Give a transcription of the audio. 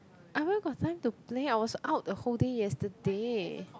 I where got time to play I was out the whole day yesterday